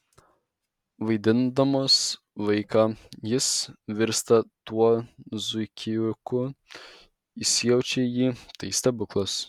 vaidindamas vaiką jis virsta tuo zuikiuku įsijaučia į jį tai stebuklas